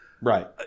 Right